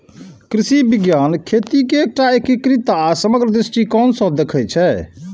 कृषि विज्ञान खेती कें एकटा एकीकृत आ समग्र दृष्टिकोण सं देखै छै